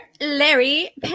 larry